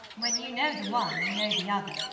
when you know the one, you know the other.